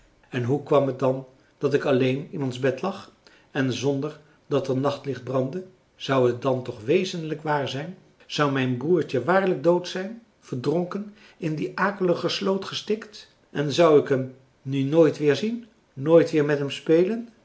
en hoe kwam het dan dat ik alleen in ons bed lag en zonder dat er nachtlicht brandde zou het dan toch wezenlijk waar zijn zou mijn broertje waarlijk dood zijn verdronken in die akelige sloot gestikt en zou ik hem nu nooit weerzien nooit weer met hem spelen